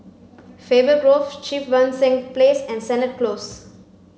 Faber Grove Cheang Wan Seng Place and Sennett Close